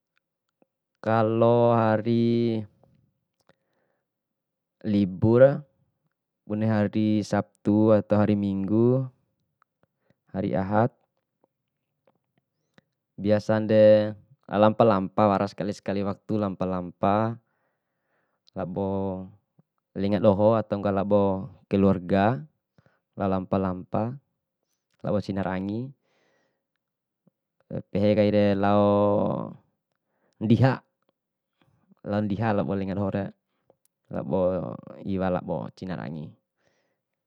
Kalo hari libura bune hari sabtu ato hari minggu, hari ahad, biasande lampa lampa wara sekali kali waktu lampa lampa, labo lenga doho ato ngak labo keluarga lao lampa lampa labo cinarangi, pehe kaire lao ndiha, lao ndiha labo lenga dohore, labo iwa labo cinar angi.